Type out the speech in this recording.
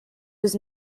was